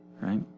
right